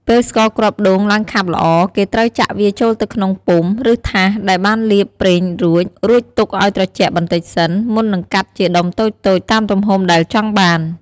ពេលស្ករគ្រាប់ដូងឡើងខាប់ល្អ គេត្រូវចាក់វាចូលទៅក្នុងពុម្ព ឬថាសដែលបានលាបប្រេងរួច រួចទុកឲ្យត្រជាក់បន្តិចសិន មុននឹងកាត់ជាដុំតូចៗតាមទំហំដែលចង់បាន។